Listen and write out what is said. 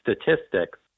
statistics